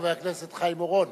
חבר הכנסת חיים אורון,